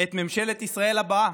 את ממשלת ישראל הבאה,